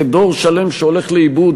זה דור שלם שהולך לאיבוד,